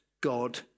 God